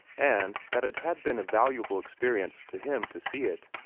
and that it had been a valuable experience to him to see it.